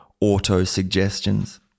auto-suggestions